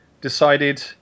decided